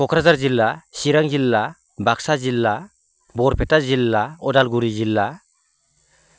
क'क्राझार जिल्ला चिरां जिल्ला बाक्सा जिल्ला बरपेटा जिल्ला उदालगुरि जिल्ला